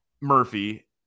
Murphy